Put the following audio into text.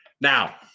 Now